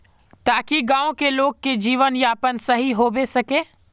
ताकि गाँव की लोग के जीवन यापन सही होबे सके?